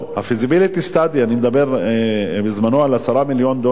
ה-feasibility study אני מדבר בזמנו על 10 מיליון דולר,